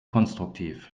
konstruktiv